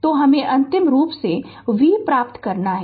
तो हमे अंतिम रूप से V प्राप्त करना है